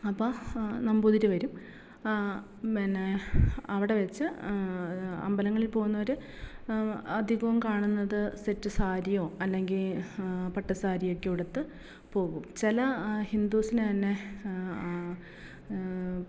അപ്പം നമ്പൂതിരി വരും ആ പിന്നെ അവിടെ വച്ച് അമ്പലങ്ങളിൽ പോകുന്നവർ അധികവും കാണുന്നത് സെറ്റ് സാരിയോ അല്ലെങ്കിൽ പട്ട് സാരിയൊക്കെ ഉടുത്ത് പോകും ചില ഹിന്ദൂസിന് തന്നെ